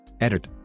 Edit